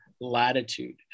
latitude